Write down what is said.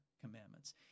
commandments